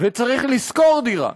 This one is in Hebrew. וצריך לשכור דירה,